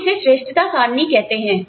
हम किसे श्रेष्ठता सारणी कहते हैं